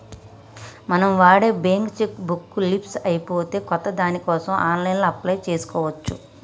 మనం వాడే bank cheque book leafs అయిపోతే కొత్త దానికోసం ఆన్లైన్లో అప్లై చేసుకోవచ్చు